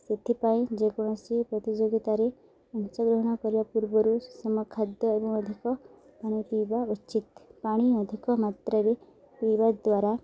ସେଥିପାଇଁ ଯେକୌଣସି ପ୍ରତିଯୋଗିତାରେ ଅଂଶଗ୍ରହଣ କରିବା ପୂର୍ବରୁ ସୁସମ ଖାଦ୍ୟ ଏବଂ ଅଧିକ ପାଣି ପିଇବା ଉଚିତ୍ ପାଣି ଅଧିକ ମାତ୍ରାରେ ପିଇବା ଦ୍ୱାରା